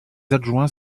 adjoints